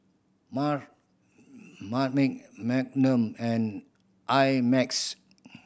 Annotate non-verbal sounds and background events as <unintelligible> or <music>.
<unintelligible> Marmite Magnum and I Max